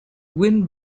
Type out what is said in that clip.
wind